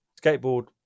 skateboard